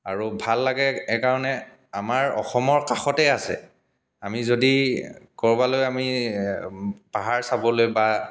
আৰু ভাল লাগে এইকাৰণে আমাৰ অসমৰ কাষতে আছে আমি যদি ক'ৰবালৈ আমি পাহাৰ চাবলৈ বা